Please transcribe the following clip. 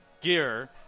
gear